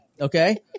Okay